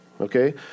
Okay